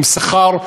עם שכר,